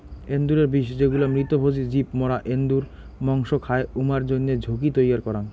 এন্দুরের বিষ যেগুলা মৃতভোজী জীব মরা এন্দুর মসং খায়, উমার জইন্যে ঝুঁকি তৈয়ার করাং